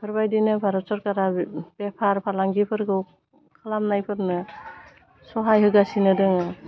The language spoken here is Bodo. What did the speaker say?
बेफोरबायदिनो भारत सरकारा बेफार फालांगिफोरखौ खालामनायफोरनो सहाय होगासिनो दोहो